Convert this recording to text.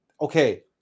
Okay